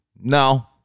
No